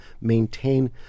maintain